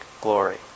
glory